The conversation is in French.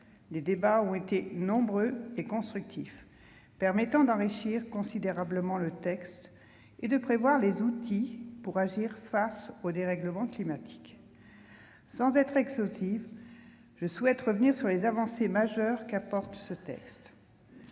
les débats, nombreux et constructifs, ont permis d'enrichir considérablement le texte et de prévoir les outils pour agir face aux dérèglements climatiques. Sans être exhaustive, je souhaite revenir sur les avancées majeures qu'apporte ce texte.